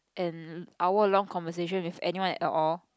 an hour long conversation with anyone at all